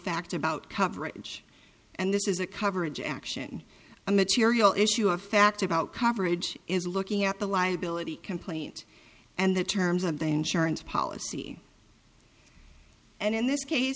fact about coverage and this is a coverage action a material issue a fact about coverage is looking at the liability complaint and the terms of the insurance policy and in this case